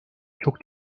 çok